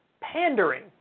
pandering